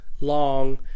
long